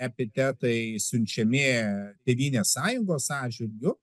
epitetai siunčiami tėvynės sąjungos atžvilgiu